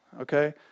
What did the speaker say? okay